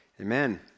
Amen